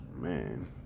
Man